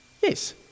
Yes